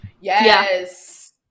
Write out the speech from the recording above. Yes